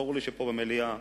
ברור לי שפה במליאה